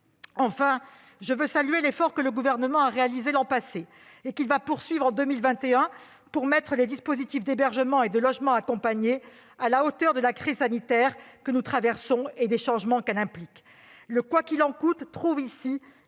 Enfin, je veux saluer l'effort que le Gouvernement a réalisé l'an passé et qu'il va poursuivre en 2021 pour mettre les dispositifs d'hébergement et de logement accompagné à la hauteur de la crise sanitaire que nous traversons et des changements qu'elle implique. Le « quoi qu'il en coûte » trouve ici